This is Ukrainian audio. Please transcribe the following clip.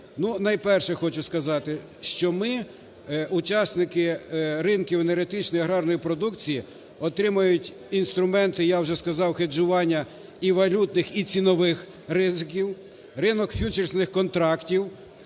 найперше, хочу сказати, що ми, учасники ринків енергетичної і аграрної продукції, отримають інструменти, я вже сказав, хеджування і валютних, і цінових ризиків, ринок ф'ючерсних контрактів